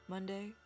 Monday